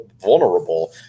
vulnerable